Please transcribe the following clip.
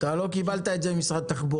אתה לא קיבלת את זה ממשרד התחבורה,